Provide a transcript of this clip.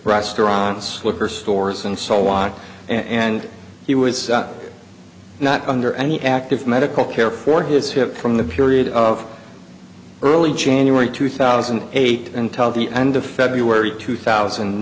restaurants liquor stores and so on and he was not under any active medical care for his hip from the period of early january two thousand and eight until the end of february two thousand